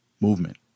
movement